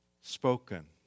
spoken